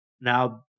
Now